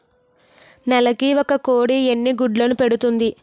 నెలకి ఒక కోడి ఎన్ని గుడ్లను పెడుతుంది?